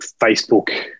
Facebook